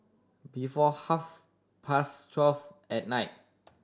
before half past twelve at night